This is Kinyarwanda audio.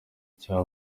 cya